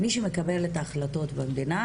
מי שמקבל את ההחלטות במדינה,